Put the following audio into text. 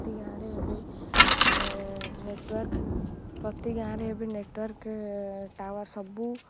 ପ୍ରତି ଗାଁରେ ଏବେ ନେଟୱାର୍କ ପ୍ରତି ଗାଁରେ ଏବେ ନେଟୱାର୍କ ଟାୱାର୍ ସବୁ